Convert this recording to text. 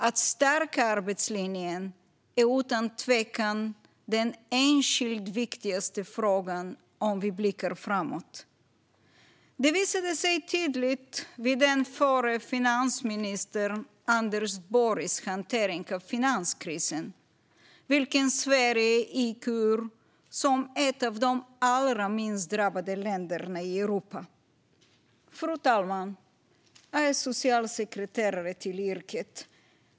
Att stärka arbetslinjen är utan tvekan den enskilt viktigaste frågan om vi blickar framåt. Det visade sig tydligt vid den förre finansministern Anders Borgs hantering av finanskrisen, vilken Sverige gick ur som ett av de allra minst drabbade länderna i Europa. Fru talman! Jag är socialsekreterare till yrket.